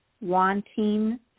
wanting